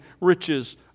riches